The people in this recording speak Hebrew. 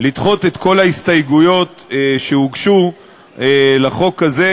את כל ההסתייגויות שהוגשו לחוק הזה,